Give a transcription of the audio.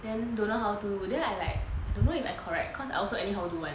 then don't know how do then I like I don't know if I correct cause I also anyhow do [one]